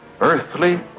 Earthly